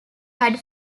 had